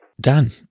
Dan